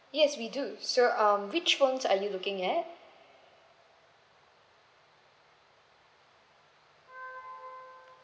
yes we do so um which ones are you looking at